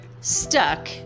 stuck